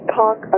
talk